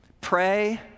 Pray